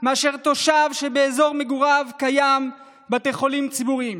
מאשר תושב שבאזור מגוריו יש בית חולים ציבורי.